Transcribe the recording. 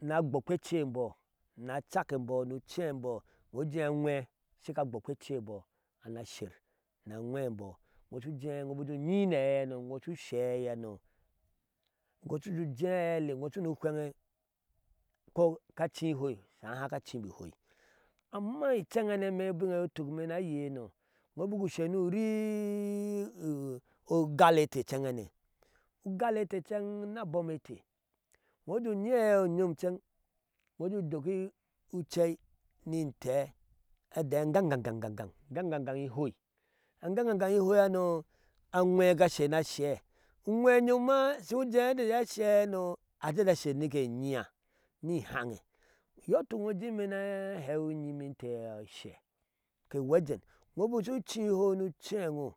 Ni agbokpe ece e imbɔol ni cak e imbɔɔ, ni ucebɔ ino ujɛɛ anwɛɛ shiga agbokpe ecebɔ ni asher ni aŋwɛbɔ iŋo shu jeeino bik jɛ u nyi ni aɛihamo inɔ shu shɛɛ aɛihano, goti jɛ ujɛɛ aɛihano ino shunu hwɛŋŋe ko ka ci hoi shaha haka cibɔ ihoi amma incɛnhane imee ubinne yee shu tuk ime ni a yeino, ino bik usher ni uri ogalete en incenene ugalete inceŋ ni abom incedene ugalete incen ni abom ete ino jɛ unyi aɛi onyom inceŋ ino jɛ udok ucɛi ni intɛɛ adee a gaŋ gaŋ gaŋ gaŋ gaŋ gaŋ ihoi. a gan gan gan gan ihoihano, agwee ga sher ni ashɛɛ, unwɛɛ unyom ma ujɛɛ ɛti iyee asheeno enyiya ni ihanne iyɔɔ ituk iŋoo ujɛɛ ime ni a hewiyimno inyimee inte ashɛ ke nwee ajen iŋo bik shu ci chii ni ucɛn e iŋo